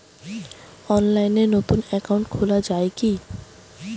অনলাইনে নতুন একাউন্ট খোলা য়ায় কি?